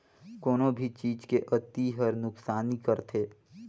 कोनो भी चीज के अती हर नुकसानी करथे